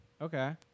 Okay